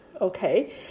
okay